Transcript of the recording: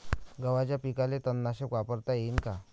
गव्हाच्या पिकाले तननाशक वापरता येईन का?